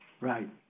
Right